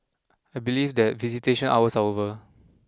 I believe that visitation hours are over